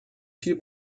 viel